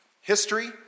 history